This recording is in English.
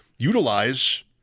utilize